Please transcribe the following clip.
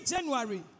January